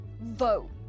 vote